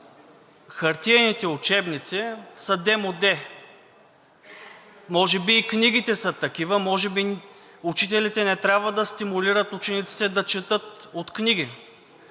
хартиените учебници са демоде. Може би и книгите са такива, може би учителите не трябва да стимулират учениците да четат от книги?!